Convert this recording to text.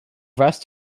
rest